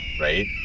right